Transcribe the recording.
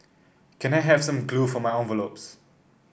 can I have some glue for my envelopes